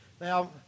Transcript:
Now